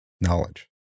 knowledge